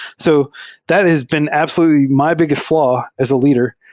so that has been absolutely my biggest flaw as a leader,